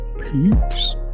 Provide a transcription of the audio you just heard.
Peace